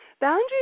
Boundaries